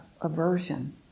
aversion